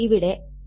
ഇവിടെ M 0